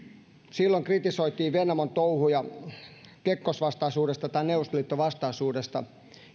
silloin kritisoitiin vennamon touhuja kekkos vastaisuudesta tai neuvostoliitto vastaisuudesta